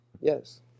Yes